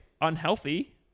unhealthy